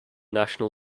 national